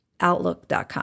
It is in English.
Outlook.com